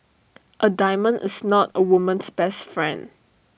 A diamond is not A woman's best friend